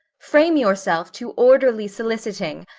frame yourself to orderly soliciting,